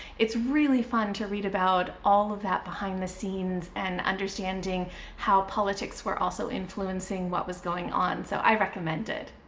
it's really fun to read about all of that behind the scenes and understanding how politics were also influencing what was going on. so i recommend it.